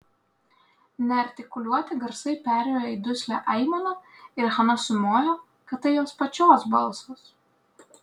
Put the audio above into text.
neartikuliuoti garsai perėjo į duslią aimaną ir hana sumojo kad tai jos pačios balsas